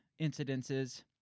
incidences